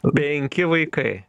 penki vaikai